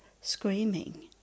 screaming